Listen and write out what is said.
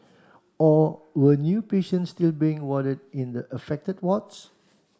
or were new patients still being warded in the affected wards